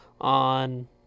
on